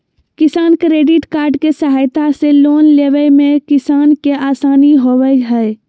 किसान credit card के सहायता से लोन लेवय मे किसान के आसानी होबय हय